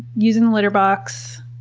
using the litter box,